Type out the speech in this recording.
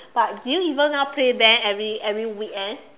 but do you even now play band every every weekend